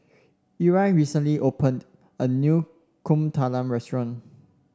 Ira recently opened a new Kuih Talam restaurant